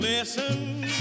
Listen